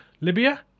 Libya